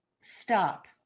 stop